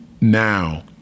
now